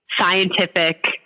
scientific